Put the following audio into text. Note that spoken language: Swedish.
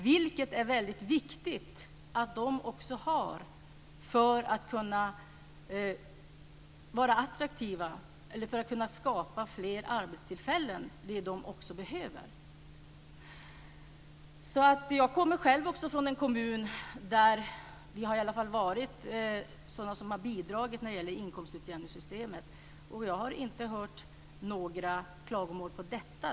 De är väldigt viktigt att de har det för att kunna skapa fler arbetstillfällen, vilket de behöver. Jag kommer själv från en kommun som, i alla fall tidigare, har bidragit till inkomstutjämningssystemet. Och jag har inte hört några klagomål på detta.